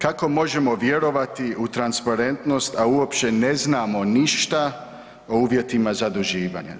Kako možemo vjerovati u transparentnost, a uopće ne znamo ništa o uvjetima zaduživanja?